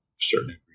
certain